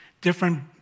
different